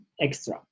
extra